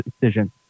decision